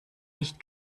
nicht